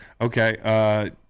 Okay